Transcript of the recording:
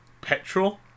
petrol